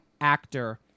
actor